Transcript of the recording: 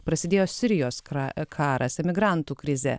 prasidėjo sirijos kra karas emigrantų krizė